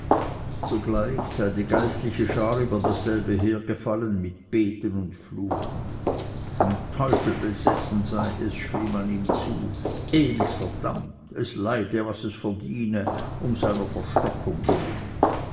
sogleich sei die geistliche schar über dasselbe hergefallen mit beten und fluchen vom teufel besessen sei es schrie man ihm zu ewig verdammt es leide was es verdiene um seiner verlockung willen